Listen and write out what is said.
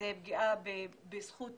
זו פגיעה בזכות